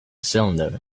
cylinder